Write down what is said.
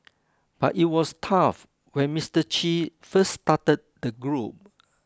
but it was tough when Mister Che first started the group